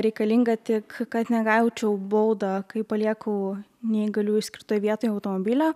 reikalinga tik kad negaučiau baudą kai palieku neįgaliųjų skirtoj vietoj automobilio